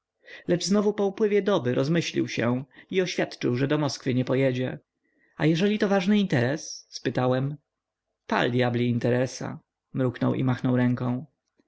lecz znowu po upływie doby rozmyślił się i oświadczył że do moskwy nie pojedzie a jeżeli to ważny interes spytałem pal dyabli interesa mruknął i machnął ręką